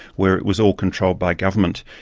where it was all controlled by government.